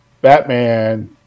Batman